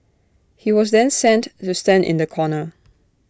he was then sent to stand in the corner